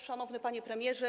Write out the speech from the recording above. Szanowny Panie Premierze!